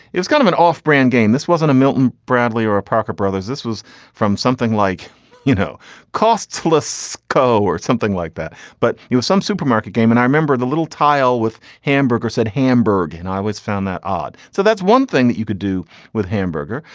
it was kind of an off brand game this wasn't a milton bradley or a parker brothers this was from something like you know costless co or something like that but you were some supermarket game and i remember the little tile with hamburg or said hamburg and i was found that odd. so that's one thing that you could do with hamburger.